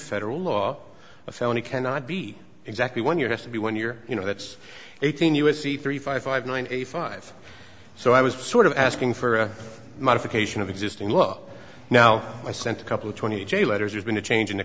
federal law a felony cannot be exactly one year has to be one year you know that's eighteen u s c three five five nine eight five so i was sort of asking for a modification of existing law now i sent a couple of twenty jail letters there's been a change in the